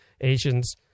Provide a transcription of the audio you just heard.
Asians